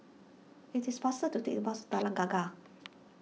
it is faster to take the bus Kallang Tengah